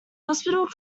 hospital